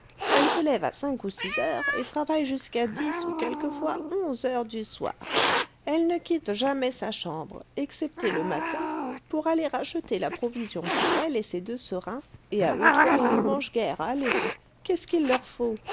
elle se lève à cinq ou six heures et travaille jusqu'à dix ou quelquefois onze heures du soir elle ne quitte jamais sa chambre excepté le matin pour aller acheter la provision pour elle et ses deux serins et à eux trois ils ne mangent guère allez qu'est-ce qu'il leur faut